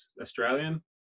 Australian